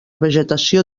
vegetació